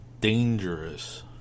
dangerous